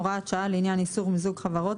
הוראת שעה לעניין איסור מיזוג חברות